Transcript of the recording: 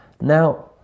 Now